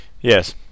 Yes